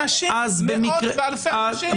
מאות ואלפי אנשים.